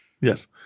Yes